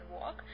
walk